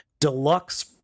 deluxe